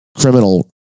criminal